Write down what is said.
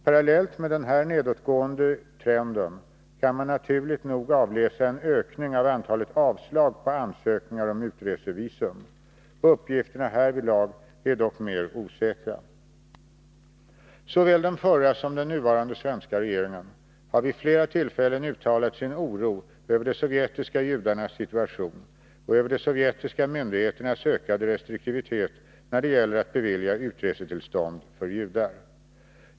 Parallellt med den här nedåtgående trenden kan man naturligt nog avläsa en ökning av antalet avslag på ansökningar om utresevisum. Uppgifterna härvidlag är dock mera osäkra. Såväl den förra som den nuvarande svenska regeringen har vid flera tillfällen uttalat sin oro över de sovjetiska judarnas situation och över de sovjetiska myndigheternas ökade restriktivitet när det gäller att bevilja utresetillstånd för judar.